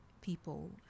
people